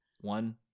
one